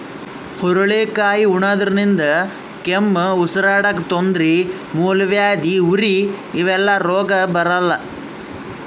ಹುರಳಿಕಾಯಿ ಉಣಾದ್ರಿನ್ದ ಕೆಮ್ಮ್, ಉಸರಾಡಕ್ಕ್ ತೊಂದ್ರಿ, ಮೂಲವ್ಯಾಧಿ, ಉರಿ ಇವೆಲ್ಲ ರೋಗ್ ಬರಲ್ಲಾ